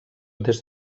des